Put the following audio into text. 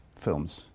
films